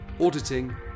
auditing